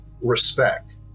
respect